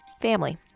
Family